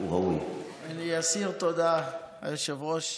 אני אסיר תודה ליושב-ראש,